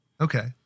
Okay